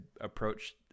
approach